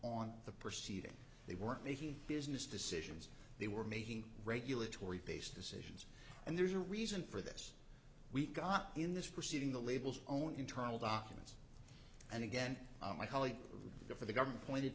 on the proceedings they weren't making business decisions they were making regulatory based decisions and there's a reason for this we caught in this proceeding the labels own internal documents and again my colleague of the for the government pointed